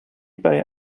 bei